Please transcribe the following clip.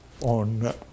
on